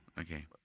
Okay